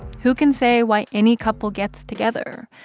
who can say why any couple gets together?